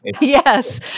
yes